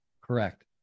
Correct